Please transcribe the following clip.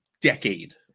decade